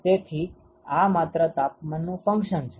તેથી આ માત્ર તાપમાનનું ફંક્શન છે